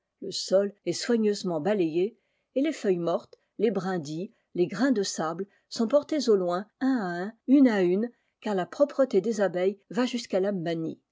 le sol est soigneusement balayé et les feuilles mortes les brindilles les grains de sable sqnt portés au loin un à un une à une car la propreté des abeilles va jusqu'à la manie